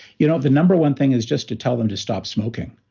you know the number one thing is just to tell them to stop smoking.